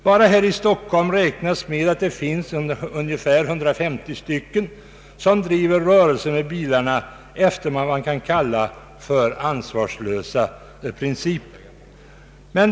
Enbart här i Stockholm räknar man med att ungefär 150 personer driver rörelse med bilar efter vad man kan kalla för ansvarslösa principer.